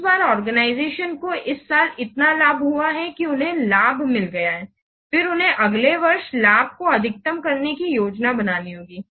इस बार आर्गेनाईजेशन को इस साल इतना लाभ हुआ है कि उन्हें लाभ मिल गया है फिर उन्हें अगले वर्ष लाभ को अधिकतम करने की योजना बनानी होगी